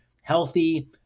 healthy